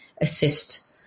assist